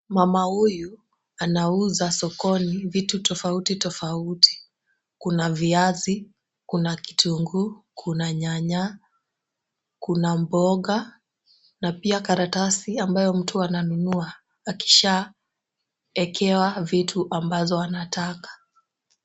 Mama huyu anauza sokoni vitu tofauti tofauti. Kuna viazi, kuna kitunguu, kuna nyanya, kuna mboga na pia karatasi ambayo mtu ananunua akishaekewa vitu ambazo anataka.